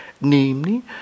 namely